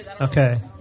Okay